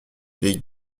les